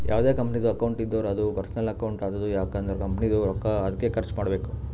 ಯಾವ್ದೇ ಕಂಪನಿದು ಅಕೌಂಟ್ ಇದ್ದೂರ ಅದೂ ಪರ್ಸನಲ್ ಅಕೌಂಟ್ ಆತುದ್ ಯಾಕ್ ಅಂದುರ್ ಕಂಪನಿದು ರೊಕ್ಕಾ ಅದ್ಕೆ ಖರ್ಚ ಮಾಡ್ಬೇಕು